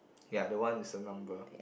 ya the one is a number